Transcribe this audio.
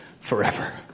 forever